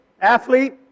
Athlete